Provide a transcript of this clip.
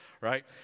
right